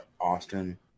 Austin